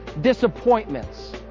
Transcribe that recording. disappointments